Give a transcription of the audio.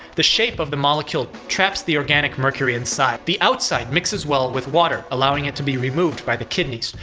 the shape of the molecule traps the organic mercury inside. the outside mixes well with water, allowing it to be removed by the kidneys.